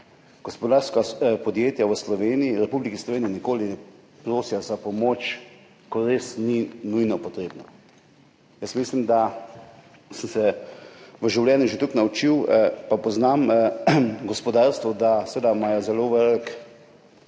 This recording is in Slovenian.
gospodarska podjetja v Republiki Sloveniji nikoli ne prosijo za pomoč, ko res ni nujno potrebno. Jaz mislim, da sem se v življenju že toliko naučil in poznam gospodarstvo, da imajo seveda zelo veliko